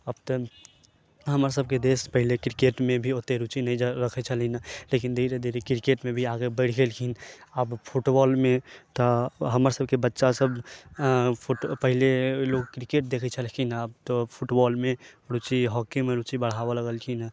अब तऽ हमर सबके देश पहिले क्रिकेटमे भी ओते रुचि नहि रखै छलै लेकिन धीरे धीरे क्रिकेटमे भी आगे बढ़ि गेलखिन अब फुटबॉलमे तऽ हमर सबके बच्चा सब फूट पहले लोक क्रिकेट देखै छलखिन आब तऽ फुटबालमे रुचि हॉकीमे रुचि बढ़ाबै लगलखिन हँ